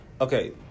Okay